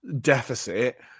deficit